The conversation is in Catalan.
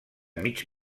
mig